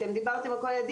אתם דיברתם על כל הילדים,